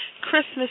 Christmas